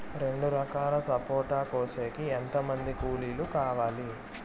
రెండు ఎకరాలు సపోట కోసేకి ఎంత మంది కూలీలు కావాలి?